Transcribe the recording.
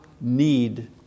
need